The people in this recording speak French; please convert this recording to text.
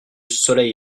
soleil